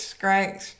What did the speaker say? great